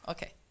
Okay